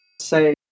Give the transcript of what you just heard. say